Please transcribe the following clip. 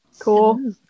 cool